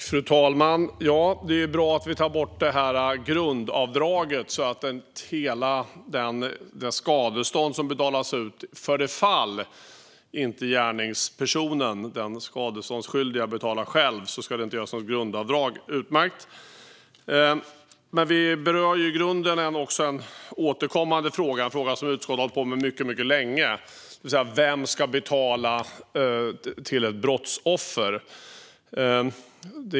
Fru talman! Det är bra att vi tar bort grundavdraget, så att hela skadeståndet betalas ut i det fall gärningspersonen, den skadeståndsskyldiga, inte betalar själv. Att det inte ska göras något grundavdrag är utmärkt. Men vi berör i grunden också en återkommande fråga som utskottet har hållit på med mycket länge, nämligen vem som ska betala till ett brottsoffer.